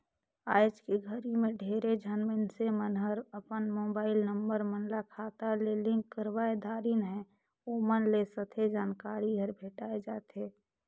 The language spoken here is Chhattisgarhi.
आइज के घरी मे ढेरे झन मइनसे मन हर अपन मुबाईल नंबर मन ल खाता ले लिंक करवाये दारेन है, ओमन ल सथे जानकारी हर भेंटाये जाथें